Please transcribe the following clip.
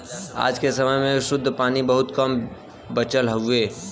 आज क समय में शुद्ध पानी बहुत कम बचल हउवे